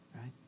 right